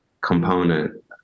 component